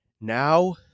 Now